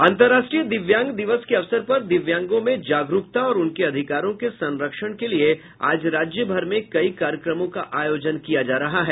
अंतरराष्ट्रीय दिव्यांग दिवस के अवसर पर दिव्यांगों में जागरूकता और उनके अधिकारों के संरक्षण के लिये आज राज्यभर में कई कार्यक्रमों का आयोजन किया जा रहा है